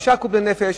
5 קוב לנפש,